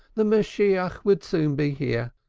the messiah would soon be here.